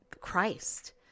Christ